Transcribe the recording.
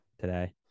today